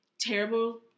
terrible